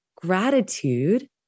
gratitude